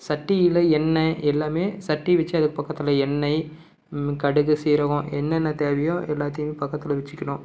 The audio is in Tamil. சட்டியில் எண்ணெய் எல்லாமே சட்டியை வெச்சு அதுக்கு பக்கத்தில் எண்ணெய் கடுகு சீரகம் என்னென்ன தேவையோ எல்லாத்தையும் பக்கத்தில் வெச்சுக்கணும்